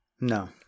no